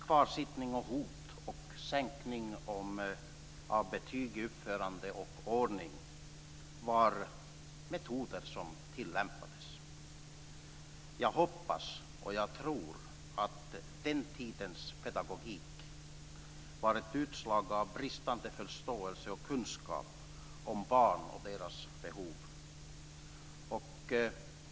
Kvarsittning och hot om sänkning av betyg i uppförande och ordning var metoder som tillämpades. Jag hoppas, och jag tror, att den tidens pedagogik var ett utslag av bristande förståelse för och kunskap om barn och deras behov.